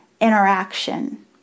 interaction